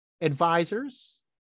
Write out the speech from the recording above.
advisors